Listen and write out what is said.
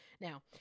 Now